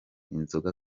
inzoga